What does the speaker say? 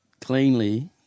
cleanly